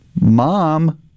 Mom